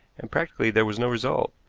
and practically there was no result.